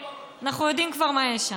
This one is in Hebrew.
אנחנו יודעים כבר מה יש שם.